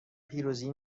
پیروزی